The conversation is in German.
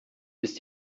ist